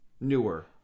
newer